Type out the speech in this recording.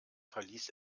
verließ